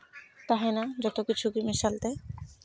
ᱛᱟᱦᱮᱱᱟ ᱡᱚᱛᱚ ᱠᱤᱪᱷᱩ ᱜᱮ ᱢᱮᱥᱟᱞ ᱛᱮ